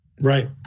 Right